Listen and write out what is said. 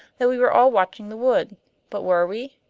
that we were all watching the wood but were we?